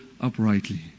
uprightly